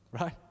Right